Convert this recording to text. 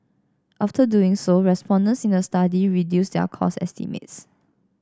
after doing so respondents in the study reduced their cost estimates